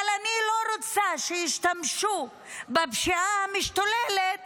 אבל אני לא רוצה שישתמשו בפשיעה המשתוללת